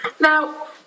Now